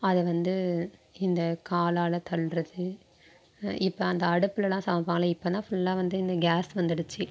அதை வந்து இந்த காலால் தள்ளுவது இப்போ அந்த அடுப்பிலலாம் சமைப்பாங்கள்லை இப்போதான் ஃபுல்லாக வந்து இந்த கேஸ் வந்துடுச்சு